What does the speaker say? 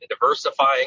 diversifying